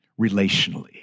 relationally